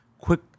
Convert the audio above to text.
quick